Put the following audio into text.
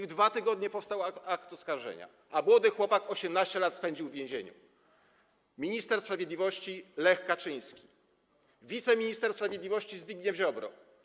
W 2 tygodnie powstał akt oskarżenia, a młody chłopak 18 lat spędził w więzieniu - minister sprawiedliwości Lech Kaczyński, wiceminister sprawiedliwości Zbigniew Ziobro.